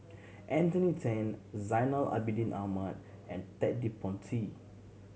Anthony Then Zainal Abidin Ahmad and Ted De Ponti